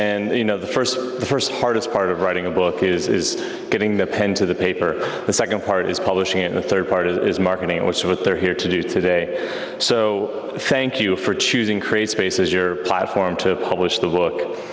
and you know the first the first hardest part of writing a book is getting the pen to the paper the second part is publishing in the third part is marketing it was what they're here to do today so thank you for choosing create space as your platform to publish the book